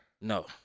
No